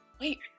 wait